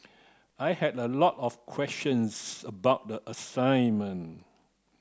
I had a lot of questions about the assignment